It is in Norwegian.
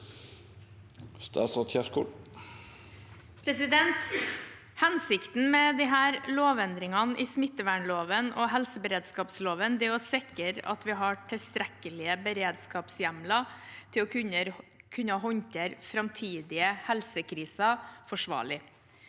Hensikten med disse lovendringene i smittevernloven og helseberedskapsloven er å sikre at vi har tilstrekkelige beredskapshjemler til å kunne håndtere framtidige helsekriser forsvarlig.